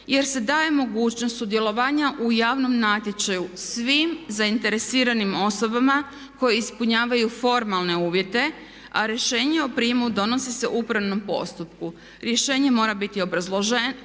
jer se daje mogućnost sudjelovanja u javnom natječaju svim zainteresiranim osobama koje ispunjavaju formalne uvjete a rješenje o prijemu donosi se u upravnom postupku. Rješenje mora biti obrazloženo